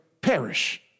perish